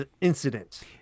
incident